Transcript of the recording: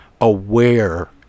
aware